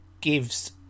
gives